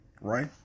right